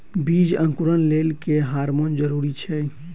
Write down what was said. बीज अंकुरण लेल केँ हार्मोन जरूरी छै?